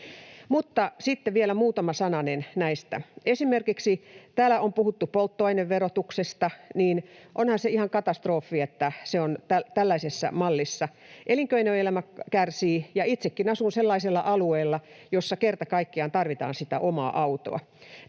sitten vielä muutama sananen. Täällä on puhuttu esimerkiksi polttoaineverotuksesta. Onhan se ihan katastrofi, että se on tällaisessa mallissa: elinkeinoelämä kärsii, ja itsekin asun sellaisella alueella, jolla kerta kaikkiaan tarvitaan sitä omaa autoa.